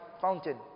fountain